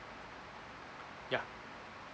ya